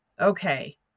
Okay